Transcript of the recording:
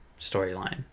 storyline